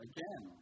Again